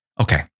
Okay